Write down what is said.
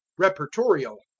reportorial.